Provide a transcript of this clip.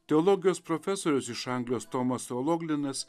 teologijos profesorius iš anglijos tomas ologlinas